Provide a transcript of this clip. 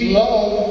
love